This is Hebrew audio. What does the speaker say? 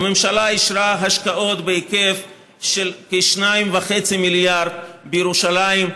הממשלה אישרה השקעות בהיקף של כ-2.5 מיליארד בירושלים,